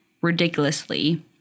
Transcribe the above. ridiculously